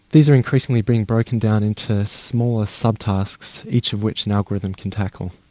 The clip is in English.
these are increasingly being broken down into smaller subtasks, each of which an algorithm can tackle.